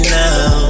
now